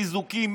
חיזוקים,